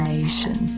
Nation